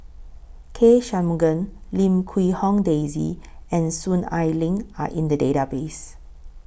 K Shanmugam Lim Quee Hong Daisy and Soon Ai Ling Are in The Database